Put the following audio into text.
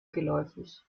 geläufig